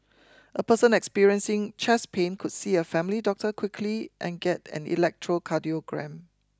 a person experiencing chest pain could see a family doctor quickly and get an electrocardiogram